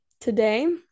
today